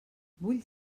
vull